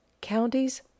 Counties